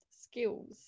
skills